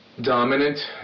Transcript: dominant